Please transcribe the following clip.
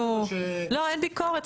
אין ביקורת,